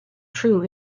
true